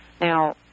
Now